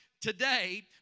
today